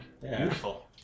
Beautiful